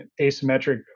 asymmetric